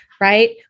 Right